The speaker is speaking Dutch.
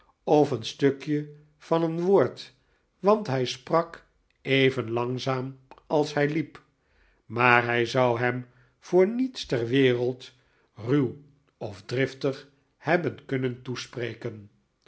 of een stukje van een woord want hij sprak even langzaam als hij liep maar hij zou hem voor niets ter wereld ruw of driftig hebben kunnen toespreken